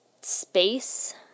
space